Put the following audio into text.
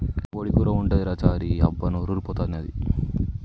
కోడి కూర ఉంటదిరా చారీ అబ్బా నోరూరి పోతన్నాది